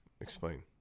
explain